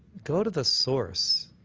go to the source.